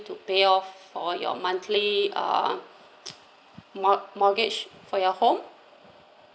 to pay off for your monthly uh mortg~ mortgage for your home